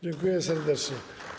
Dziękuję serdecznie.